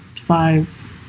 five